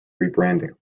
rebranding